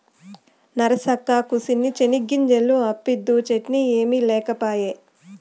నరసక్కా, కూసిన్ని చెనిగ్గింజలు అప్పిద్దూ, చట్నీ ఏమి లేకపాయే